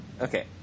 Okay